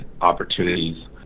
opportunities